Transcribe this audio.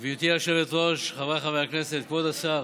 גברתי היושבת-ראש, חבריי חברי הכנסת, כבוד השר,